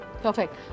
Perfect